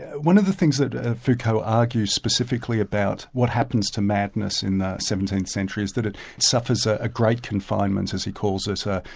one of the things that foucault argues specifically about what happens to madness in the seventeenth century is that it suffers a great confinement as he calls it, ah